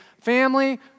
family